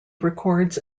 records